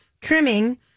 trimming